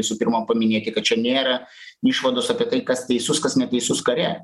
visų pirma paminėti kad čia nėra išvados apie tai kas teisus kas neteisus kare